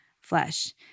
flesh